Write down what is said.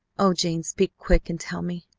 oh, jane, speak quick, and tell me!